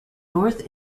north